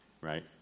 right